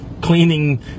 Cleaning